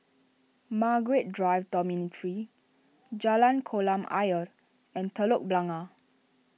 Margaret Drive Dormitory Jalan Kolam Ayer and Telok Blangah